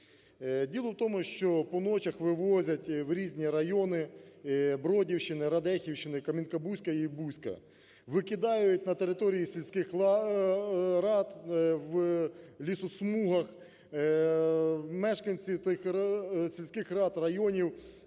Діло в тому, що по ночах вивозять в різні райони Бродівщини, Радехівщини, Камінка Бузька і Бузька. Викидають на території сільських рад в лісосмугах, мешканці тих сільських рад, районів